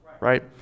right